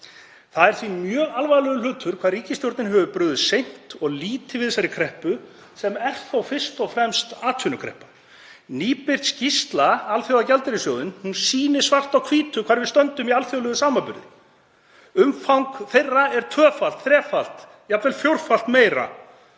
Það er því mjög alvarlegur hlutur hvað ríkisstjórnin hefur brugðist seint og lítið við þessari kreppu sem er þó fyrst og fremst atvinnukreppa. Nýbirt skýrsla Alþjóðagjaldeyrissjóðsins sýnir svart á hvítu hvar við stöndum í alþjóðlegum samanburði. Umfang þeirra er tvöfalt, þrefalt, jafnvel fjórfalt meira